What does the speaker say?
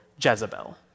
Jezebel